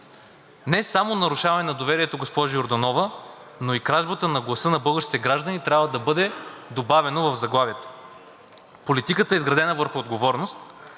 Не само нарушаване на доверието, госпожо Йорданова, но и кражбата на гласа на българските граждани трябва да бъде добавена в заглавието. Политиката е изградена върху отговорност